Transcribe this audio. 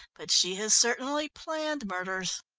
but she has certainly planned murders.